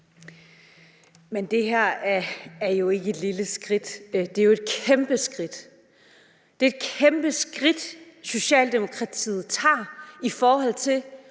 Det her er ikke et lille skridt. Det er jo et kæmpe skridt. Det er et kæmpe skridt, Socialdemokratiet tager i forhold til